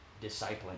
discipline